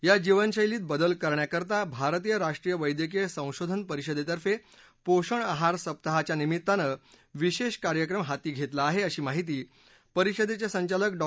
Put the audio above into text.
या जीवनशैलीत बदला करण्याकरता भारतीय राष्ट्रीय वैद्यकीय संशोधन परिषदेतर्फे पोषण आहार सप्ताह च्या निमित्तानं विशेष कार्यक्रम हाती घेण्यातआला आहे अशी माहिती परिषदेचे संचालक डॉ